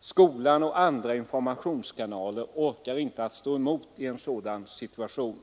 Skolan och andra informationskanaler orkar inte stå emot i en sådan situation.